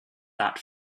that